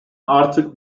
artık